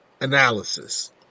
analysis